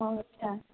অঁ আচ্ছা